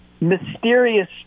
mysterious